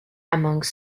among